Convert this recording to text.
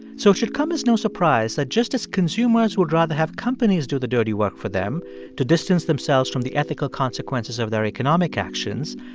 so it should come as no surprise that just as consumers would rather have companies do the dirty work for them to distance themselves from the ethical consequences of their economic actions,